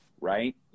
Right